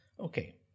Okay